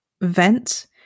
vent